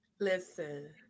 listen